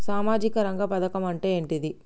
సామాజిక రంగ పథకం అంటే ఏంటిది?